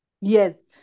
Yes